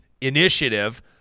initiative